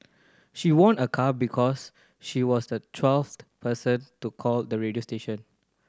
she won a car because she was the twelfth person to call the radio station